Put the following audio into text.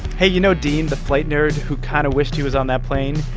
hey, you know dean, flight nerd who kind of wished he was on that plane?